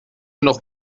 noch